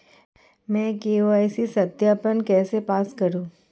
मैं के.वाई.सी सत्यापन कैसे पास करूँ?